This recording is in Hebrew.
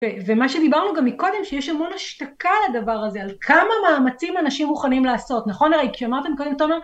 ומה שדיברנו גם מקודם שיש המון השתקה לדבר הזה על כמה מאמצים אנשים מוכנים לעשות נכון אריק כשאמרתם קודם תומר